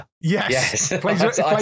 Yes